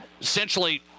essentially